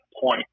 point